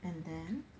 and then